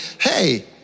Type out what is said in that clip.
hey